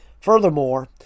Furthermore